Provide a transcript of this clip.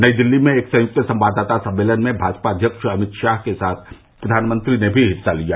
नई दिल्ली में एक संयुक्त संवाददाता सम्मेलन में भाजपा अध्यक्ष अमित शाह के साथ प्रधानमंत्री ने भी हिस्सा लिया